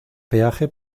peaje